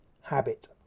habit